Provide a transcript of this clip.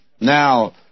Now